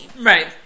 right